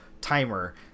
timer